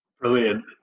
Brilliant